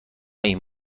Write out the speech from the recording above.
این